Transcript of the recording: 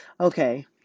Okay